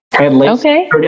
Okay